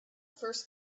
first